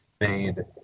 made